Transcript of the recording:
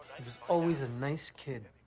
he was always a nice kid.